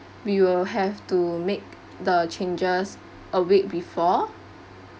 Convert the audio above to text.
we will have to make the changes a week before